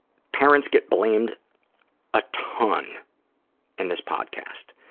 parents get blamed a ton in this podcast.